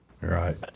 Right